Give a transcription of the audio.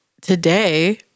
today